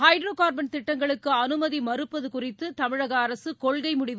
hydro carbon திட்டங்களுக்கு அனுமதி மறுப்பது குறித்து தமிழக அரசு கொள்கை முடிவு